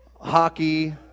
Hockey